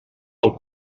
del